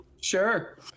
sure